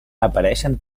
apareixen